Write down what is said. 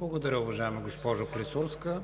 Благодаря, уважаема госпожо Клисурска.